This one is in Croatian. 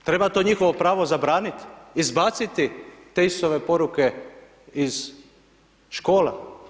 Treba to njihovo pravo zabraniti, izbaciti te Isusove poruke iz škola.